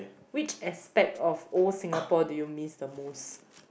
which aspect of old Singapore do you miss the most